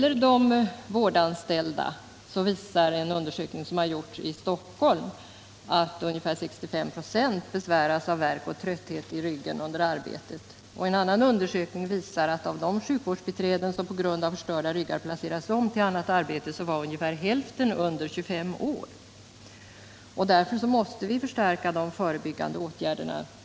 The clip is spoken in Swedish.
En undersökning som har gjorts i Stockholm visar att ungefär 65 926 av de vårdanställda besväras av värk och trötthet i ryggen under arbetet. En annan undersökning visar att av de sjukvårdsbiträden som på grund av förstörda ryggar placerats om till annat arbete var ungefär hälften under 25 år. Därför måste vi förstärka de förebyggande åtgärderna.